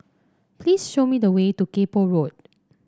please show me the way to Kay Poh Road